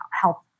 help